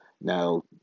Now